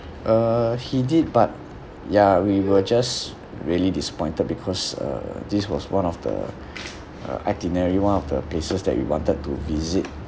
uh he did but ya we were just really disappointed because uh this was one of the uh itinerary one of the places that we wanted to visit